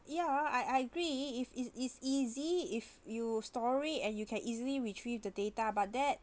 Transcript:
ya I I agree i~ if it's is easy if you store it and you can easily retrieve the data but that